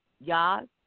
Y'all